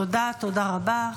תודה, תודה רבה.